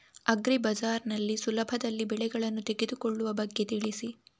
agri Bazaar ನಲ್ಲಿ ಸುಲಭದಲ್ಲಿ ಬೆಳೆಗಳನ್ನು ತೆಗೆದುಕೊಳ್ಳುವ ಬಗ್ಗೆ ತಿಳಿಸಿ